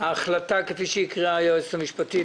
ההחלטה כפי שהקריאה היועצת המשפטית?